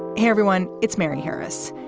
hey, everyone, it's mary harris,